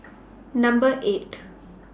Number eight